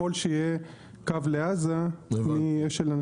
ככל שיהיה קו לעזה --- לא הבנתי.